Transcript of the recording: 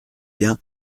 bien